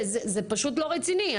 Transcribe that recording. זה פשוט לא רציני.